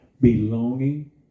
belonging